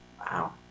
Wow